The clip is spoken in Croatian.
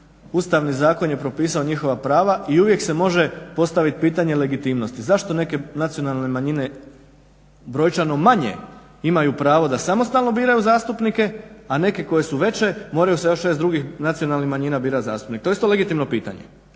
Ustavni zakon je propisao njihova prava i uvijek se može postaviti pitanje legitimnosti. Zašto neke nacionalne manjine brojčano manje imaju pravo da samostalno biraju zastupnike, a neke koje su veće moraju sa još 6 drugih nacionalnih manjina birati zastupnike? To je isto legitimno pitanje,